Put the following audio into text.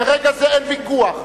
מרגע זה אין ויכוח.